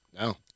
No